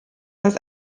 das